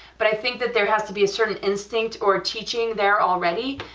but i think that there has to be a certain instinct or teaching there already,